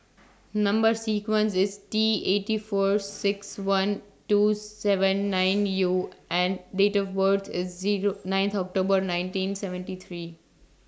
Number sequence IS T eighty four six one two seven nine U and Date of birth IS Zero ninth October nineteen seventy three